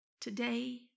today